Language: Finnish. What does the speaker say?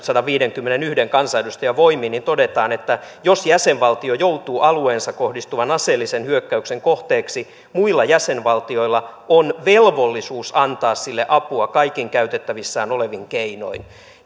sadanviidenkymmenenyhden kansanedustajan voimin todetaan että jos jäsenvaltio joutuu alueeseensa kohdistuvan aseellisen hyökkäyksen kohteeksi muilla jäsenvaltioilla on velvollisuus antaa sille apua kaikin käytettävissään olevin keinoin